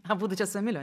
abudu čia su emiliu